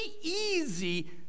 easy